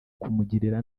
kumugirira